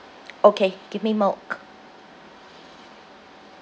okay give me milk